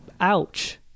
Ouch